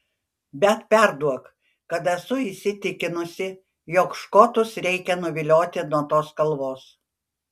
bet perduok kad esu įsitikinusi jog škotus reikia nuvilioti nuo tos kalvos